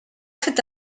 fet